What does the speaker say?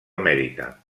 amèrica